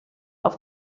auf